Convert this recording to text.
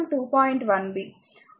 1b